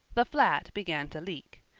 the flat began to leak.